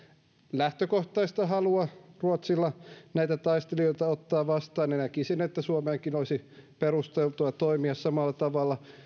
lähtökohtaista halua ruotsilla näitä taistelijoita ottaa vastaan ja näkisin että suomenkin olisi perusteltua toimia samalla tavalla